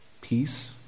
peace